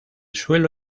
suelo